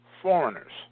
Foreigners